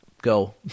Go